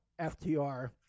FTR